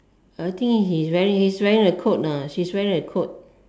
I think he's wearing he's wearing a coat ah she's wearing a coat